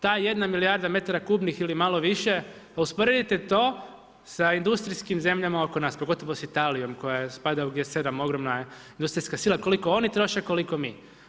Ta jedna milijarda metara kubnih ili malo više pa usporedite to sa industrijskim zemljama oko nas, pogotovo s Italijom koja spada u g7, ogromna je industrijska sila, koliko oni troše, koliko mi.